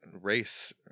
Race